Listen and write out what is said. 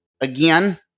Again